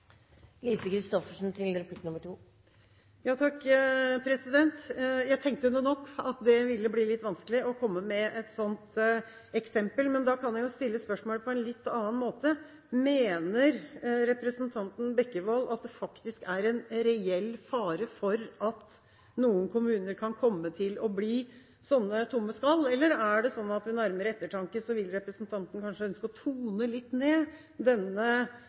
Jeg tenkte det nok, at det ville bli litt vanskelig å komme med et sånt eksempel. Men da kan jeg stille spørsmålet på en litt annen måte: Mener representanten Bekkevold at det faktisk er en reell fare for at noen kommuner kan komme til å bli sånne tomme skall, eller er det sånn at ved nærmere ettertanke vil representanten kanskje ønske å tone litt ned denne